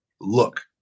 look